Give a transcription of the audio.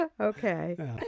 okay